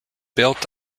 built